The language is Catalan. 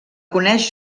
coneix